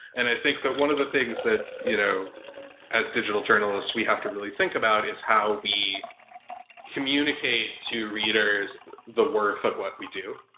and i think that one of the things that you know as digital journalists we have to really think about is how we communicate to readers the worth of what we do.